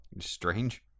Strange